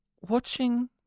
Watching